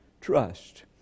trust